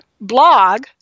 blog